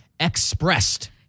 expressed